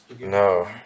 No